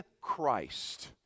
Christ